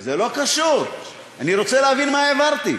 זה לא קשור, אני רוצה להבין מה העברתי.